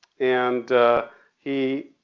and he,